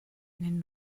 einen